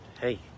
Hey